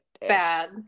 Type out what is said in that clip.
Bad